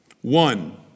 One